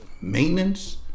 maintenance